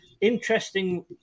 interesting